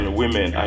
women